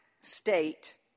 state